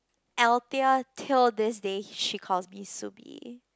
Altia till this day she calls me Subby